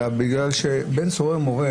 אלא בגלל שבן סורר ומורה